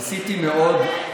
ניסיתי מאוד,